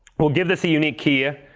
we'll give this a unique key.